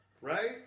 Right